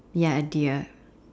ya a deer